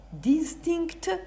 distinct